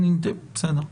בסדר.